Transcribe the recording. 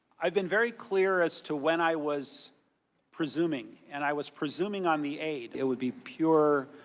i have been very clear as to when i was presuming and i was presuming on the aid. it would be pure,